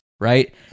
right